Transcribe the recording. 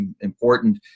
important